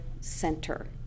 center